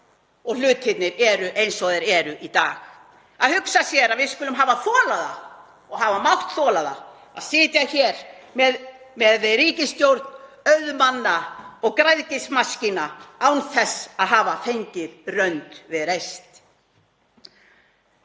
og hlutirnir eru eins og þeir eru í dag. Að hugsa sér að við skulum hafa þolað það og hafa mátt þola það að sitja hér með ríkisstjórn auðmanna og græðgismaskína án þess að hafa fengið rönd við reist.